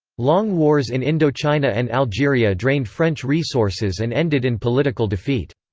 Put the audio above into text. long wars in indochina and algeria drained french resources and ended in political defeat.